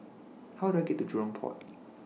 How Do I get to Jurong Port